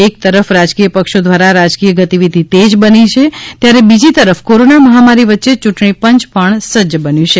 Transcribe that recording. એક તરફ રાજકીય પક્ષો દ્વારા રાજકીય ગતિવિધિ તેજ બની રહી છે ત્યારે બીજી તરફ કોરોના મહામારી વચ્ચે ચૂંટણી પંચ પણ સજ્જ બન્યું છે